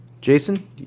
jason